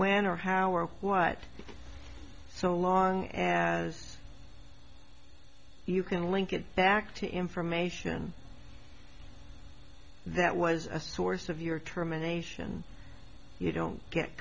when or how or what so long as you can link it back to information that was a source of your terminations you don't get